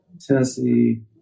Tennessee